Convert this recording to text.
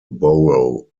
boro